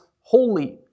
holy